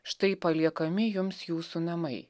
štai paliekami jums jūsų namai